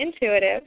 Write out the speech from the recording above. intuitive